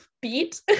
beat